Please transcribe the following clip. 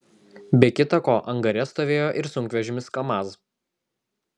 be kita ko angare stovėjo ir sunkvežimis kamaz